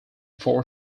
four